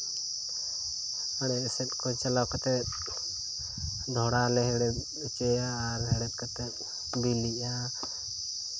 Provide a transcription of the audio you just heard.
ᱟᱬᱮ ᱥᱮᱫ ᱠᱚ ᱪᱟᱞᱟᱣ ᱠᱟᱛᱮ ᱰᱷᱚᱲᱟ ᱞᱮ ᱦᱮᱬᱦᱮᱫ ᱦᱚᱪᱚᱭᱟ ᱟᱨ ᱦᱮᱬᱦᱮᱫ ᱠᱟᱛᱮ ᱵᱤᱞᱤᱜᱼᱟ